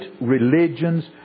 religions